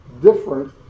different